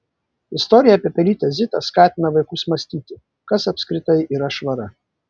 istorija apie pelytę zitą skatina vaikus mąstyti kas apskritai yra švara